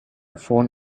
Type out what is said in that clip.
phone